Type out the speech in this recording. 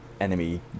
enemy